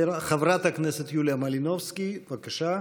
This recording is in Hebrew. חברת הכנסת יוליה מלינובסקי, בבקשה,